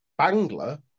Bangla